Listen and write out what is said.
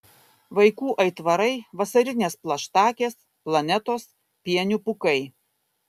vaikų aitvarai vasarinės plaštakės planetos pienių pūkai